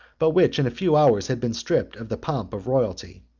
but which in a few hours had been stripped of the pomp of royalty.